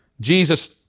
Jesus